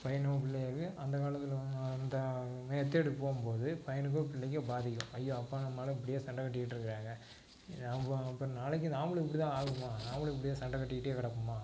பையனோ பிள்ளைகளுக்கு அந்தக் காலத்தில் அந்த மெத்தேடு போகும்போது பையனுக்கோ பிள்ளைக்கோ பாதிக்கும் ஐயோ அப்பாவும் அம்மாவும் இப்படியே சண்டை கட்டிக்கிட்டு இருக்கிறாங்க அப்போ அப்போ நாளைக்கும் நாமளும் இப்படி தான் ஆகுவோமா நாமளும் இப்படியே சண்டை கட்டிக்கிட்டே கிடப்போமா